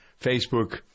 Facebook